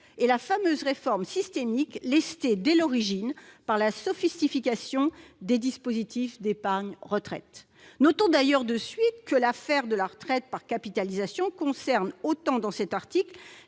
et la fameuse « réforme systémique » lestée dès l'origine par la sophistication des dispositifs d'épargne retraite. Notons d'ailleurs tout de suite que l'affaire de la retraite par capitalisation concerne autant, au travers